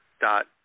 dot